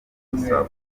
gusa